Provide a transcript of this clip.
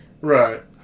Right